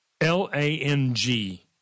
L-A-N-G